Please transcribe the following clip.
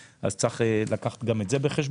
אז צריך להביא גם את זה בחשבון.